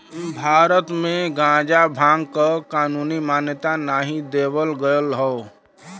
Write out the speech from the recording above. भारत में गांजा भांग क कानूनी मान्यता नाही देवल गयल हौ